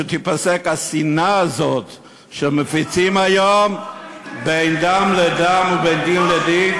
שתיפסק השנאה הזאת שמפיצים היום בין דם לדם ובין דין לדין.